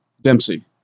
Dempsey